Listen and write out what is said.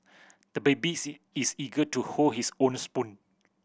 the babies is eager to hold his own spoon